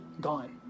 gone